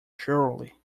surely